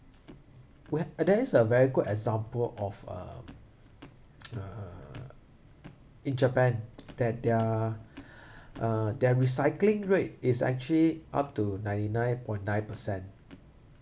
whe~ there is a very good example of uh uh in japan that their uh their recycling rate is actually up to ninety nine point nine percent